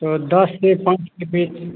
तो दस से पाँच के बीच